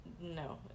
no